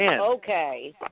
okay